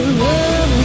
love